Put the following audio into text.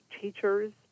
teachers